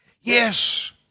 Yes